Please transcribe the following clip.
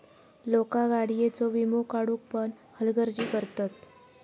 लोका गाडीयेचो वीमो काढुक पण हलगर्जी करतत